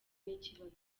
n’ikibazo